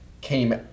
came